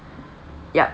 yup